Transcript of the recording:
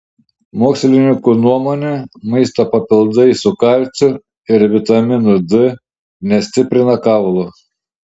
mokslininkų nuomone maisto papildai su kalciu ir vitaminu d nestiprina kaulų